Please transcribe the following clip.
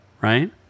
Right